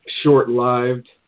short-lived